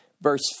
verse